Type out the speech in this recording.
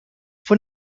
fue